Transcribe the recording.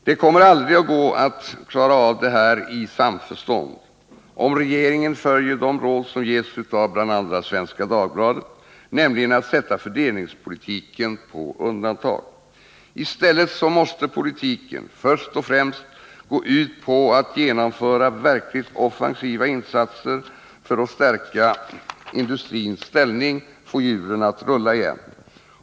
Det kommer aldrig att gå att klara av detta i samförstånd, om regeringen följer det råd som ges av bl.a. Svenska Dagbladet, nämligen att sätta fördelningspolitiken på undantag. I stället måste politiken först och främst gå ut på att genomföra verkligt offensiva insatser för att stärka industrins ställning, få hjulen att rulla igen.